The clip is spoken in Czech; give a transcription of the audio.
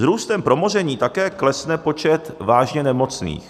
S růstem promoření také klesne počet vážně nemocných.